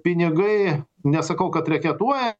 pinigai nesakau kad reketuoja